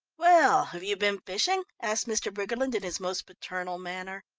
well, have you been fishing? asked mr. briggerland in his most paternal manner.